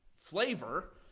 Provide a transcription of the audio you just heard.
flavor